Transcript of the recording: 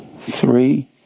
three